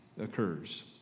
occurs